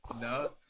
No